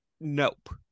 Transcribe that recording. nope